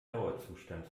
dauerzustand